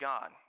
God